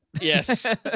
Yes